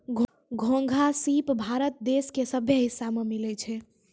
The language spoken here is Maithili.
घोंघा, सिप भारत देश के सभ्भे हिस्सा में मिलै छै